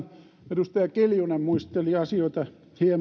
edustaja kiljunen muisteli asioita